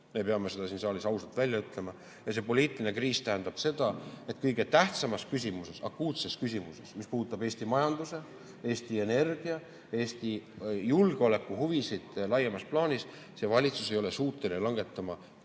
Me peame selle siin saalis ausalt välja ütlema. Ja see poliitiline kriis tähendab seda, et kõige tähtsamas küsimuses, kõige akuutsemas küsimuses, mis puudutab Eesti majanduse, Eesti energia, Eesti julgeolekuhuvisid laiemas plaanis, ei ole valitsus suuteline langetama